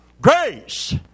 Grace